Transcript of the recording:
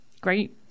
Great